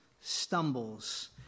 stumbles